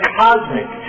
cosmic